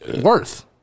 Worth